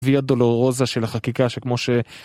וויה דלרוזה של החקיקה שכמו ש...